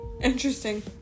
Interesting